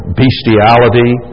bestiality